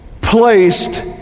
placed